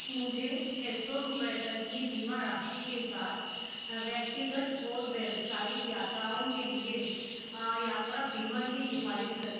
मुझे छः सौ रुपये तक की बीमा राशि के साथ व्यक्तिगत और व्यावसायिक यात्राओं के लिए यात्रा बीमा की सिफारिश करें